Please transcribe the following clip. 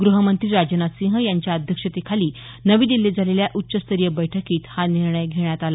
गृहमंत्री राजनाथ सिंह यांच्या अध्यक्षतेखाली नवी दल्लीत झालेल्या उच्चस्तरिय बैठकीत हा निर्णय घेण्यात आला